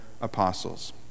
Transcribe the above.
apostles